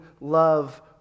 love